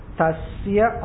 tasya